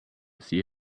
see